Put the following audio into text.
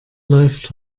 läuft